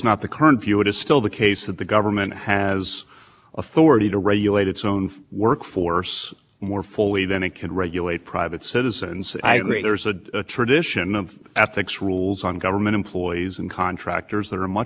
has authority to regulate its own workforce more fully than it could regulate private citizens i agree there's a tradition of ethics rules on government employees and contractors that are much more stringent why isn't this case